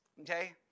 okay